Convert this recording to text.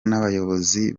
n’abayobozi